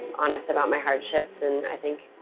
honest about my hardships. and i think